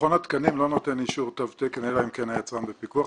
מכון התקנים לא נותן אישור תו תקן אלא אם כן היצרן בפיקוח.